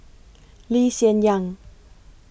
Lee Hsien Yang